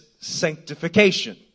sanctification